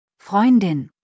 Freundin